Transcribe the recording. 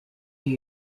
new